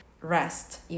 rest